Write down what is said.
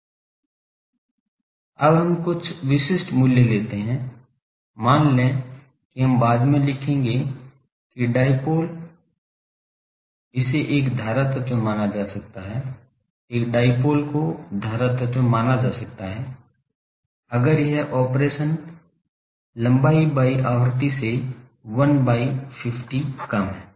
अब हम कुछ विशिष्ट मूल्य लेते है मान लें कि हम बाद में देखेंगे कि डायपोल इसे एक धारा तत्व माना जा सकता है एक डायपोल को धारा तत्व माना जा सकता है अगर यह ऑपरेशन लंबाई by आवृत्ति से 1 by 50 कम है